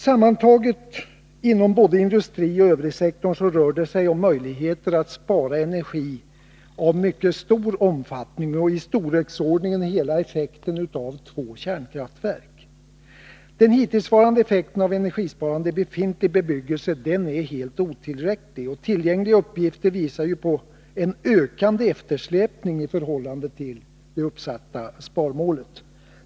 Sammantaget inom industri och övrigsektor rör det sig om möjligheter att spara energi av mycket stor omfattning — i storleksordningen hela effekten av två kärnkraftverk. Den hittillsvarande effekten av energisparande i befintlig bebyggelse är helt otillräcklig. Tillgängliga uppgifter visar på en ökande eftersläpning i förhållande till det uppsatta sparmålet.